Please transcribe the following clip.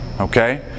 Okay